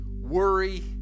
worry